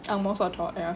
ang mohs are tall ya